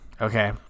okay